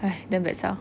damn bad sia